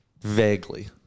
Vaguely